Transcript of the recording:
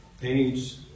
Page